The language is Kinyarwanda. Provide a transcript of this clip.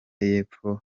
y’epfo